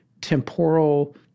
temporal